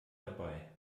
dabei